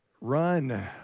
Run